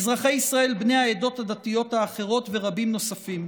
אזרחי ישראל בני העדות הדתיות האחרות ורבים נוספים.